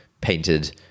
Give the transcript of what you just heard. painted